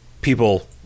people